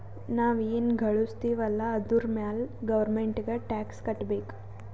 ನಾವ್ ಎನ್ ಘಳುಸ್ತಿವ್ ಅಲ್ಲ ಅದುರ್ ಮ್ಯಾಲ ಗೌರ್ಮೆಂಟ್ಗ ಟ್ಯಾಕ್ಸ್ ಕಟ್ಟಬೇಕ್